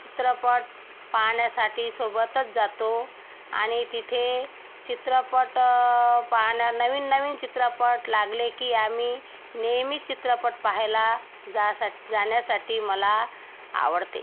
चित्रपट पाहण्यासाठी सोबतच जातो आणि तिथे चित्रपट पाहण्या नवीन नवीन चित्रपट लागले की आम्ही नेहमी चित्रपट पहायला जासा जाण्यासाठी मला आवडते